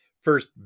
First